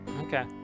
Okay